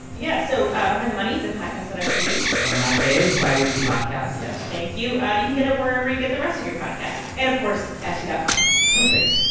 yeah, so ah behind the money, the podcast that i produce one of my faves, bi-weekly podcast, yes thank you. ah you can get it wherever you get the rest of your podcast and, of course, ah ft dot com perfect.